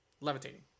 levitating